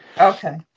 okay